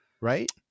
right